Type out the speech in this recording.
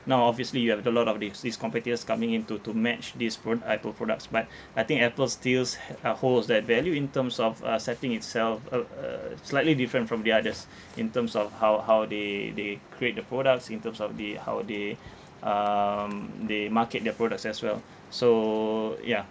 now obviously you have a lot of these these competitors coming in to to match this phone Apple products but I think Apple stills uh holds that value in terms of uh setting itself uh uh slightly different from the others in terms of how how they they create the products in terms of the how they um they market their products as well so yeah